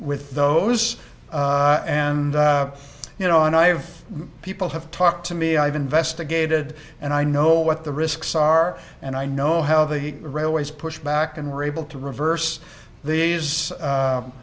with those and you know and i have people have talked to me i've investigated and i know what the risks are and i know how the railways pushed back and were able to reverse the